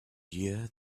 year